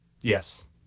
Yes